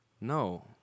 No